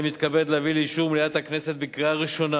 אני מתכבד להביא לאישור מליאת הכנסת בקריאה הראשונה